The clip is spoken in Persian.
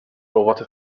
اوقات